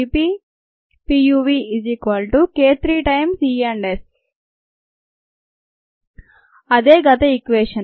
rgPk3 ES అదే గత equation